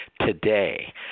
today